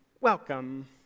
welcome